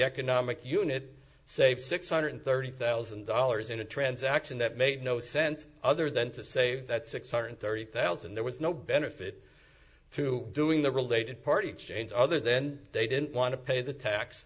economic unit save six hundred thirty thousand dollars in a transaction that made no sense other than to save that six hundred thirty thousand there was no benefit to doing the related party change other than they didn't want to pay the tax